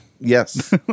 Yes